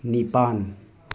ꯅꯤꯄꯥꯟ